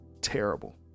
terrible